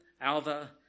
Alva